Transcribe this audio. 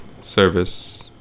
service